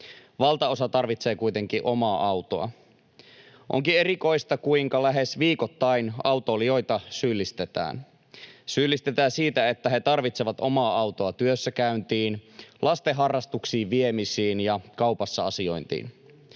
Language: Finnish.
Valtaosa tarvitsee kuitenkin omaa autoa. Onkin erikoista, kuinka lähes viikoittain autoilijoita syyllistetään: syyllistetään siitä, että he tarvitsevat omaa autoa työssäkäyntiin, lasten harrastuksiin viemisiin ja kaupassa asiointiin,